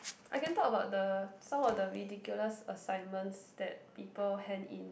I can talk about the some of the ridiculous assignments that people hand in